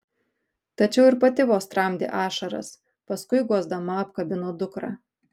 tačiau ir pati vos tramdė ašaras paskui guosdama apkabino dukrą